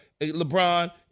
LeBron